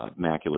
macular